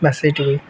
ব্যস এইটুকুই